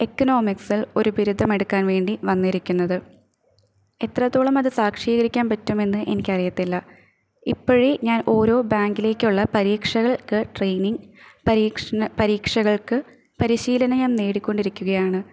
എക്കണോമിക്സിൽ ഒരു ബിരുദം എടുക്കാൻ വേണ്ടി വന്നിരിക്കുന്നത് എത്രത്തോളം അത് സാക്ഷീകരിക്കാൻ പറ്റുമെന്ന് എനിക്കരിയില്ല ഇപ്പോഴെ ഞാൻ ഓരോ ബാങ്കിലേക്കുള്ള പരീക്ഷകൾക്ക് ട്രെയിനിങ് പരീക്ഷകൾക്ക് പരിശീലന നേടിക്കൊണ്ടിരിക്കുകയാണ്